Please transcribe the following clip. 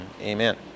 amen